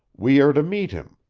we are to meet him.